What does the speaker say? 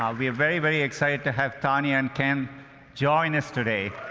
um we're very, very excited to have tania and ken join us today.